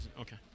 Okay